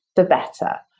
the better.